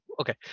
Okay